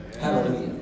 Hallelujah